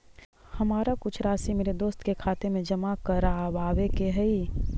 हमारा कुछ राशि मेरे दोस्त के खाते में जमा करावावे के हई